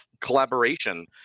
collaboration